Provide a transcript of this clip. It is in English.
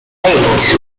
eight